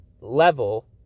level